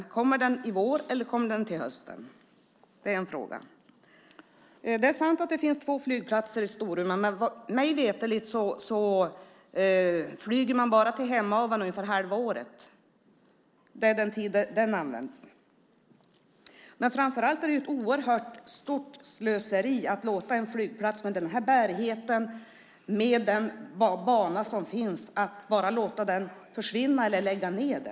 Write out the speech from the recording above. Kommer den i vår eller kommer den till hösten? Det är också sant att det finns två flygplatser i Storuman, men mig veterligt flyger man till Hemavan bara ungefär halva året. Flygplatsen används bara under den tiden. Framför allt är det ett stort slöseri att låta en flygplats, med den bärighet och den bana som nu finns, bara försvinna eller läggas ned.